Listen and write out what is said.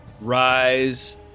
rise